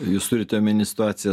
jūs turit omeny situaciją